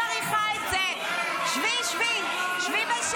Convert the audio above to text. תפסיקי להשמיץ --- אני מאוד מעריכה את זה.